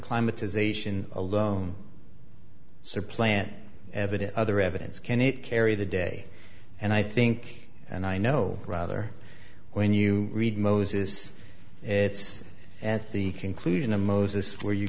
climate is ation alone supplant evidence other evidence can it carry the day and i think and i know rather when you read moses it's the conclusion of moses where you